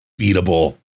Beatable